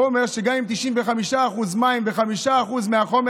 שגם אם זה 95% מים ו-5% מהחומר,